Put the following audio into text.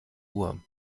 uhr